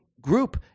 group